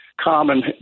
common